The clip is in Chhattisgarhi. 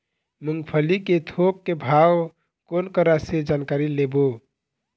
मूंगफली के थोक के भाव कोन करा से जानकारी लेबो?